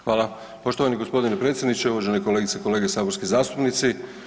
Hvala poštovani g. predsjedniče, uvažene kolegice i kolege saborski zastupnici.